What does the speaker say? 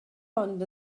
ond